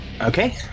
Okay